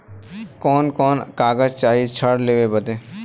कवन कवन कागज चाही ऋण लेवे बदे?